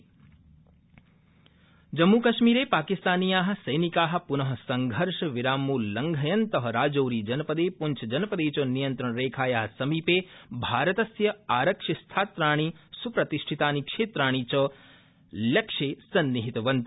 संघर्षविरामोल्लंघनम् जम्मू कश्मीरे पाकिस्तनीया सैनिका पुन संघर्ष विरामोल्लड़घयन्त राजौरी जनपदे पुछजनपदे च नियन्त्रण रेखाया समीपे भारतस्य आरक्षिस्यात्राणि स्प्रतिष्ठितानि क्षेत्राणि च लक्षे संन्निहितवन्त